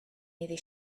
iddi